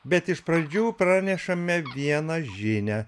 bet iš pradžių pranešame vieną žinią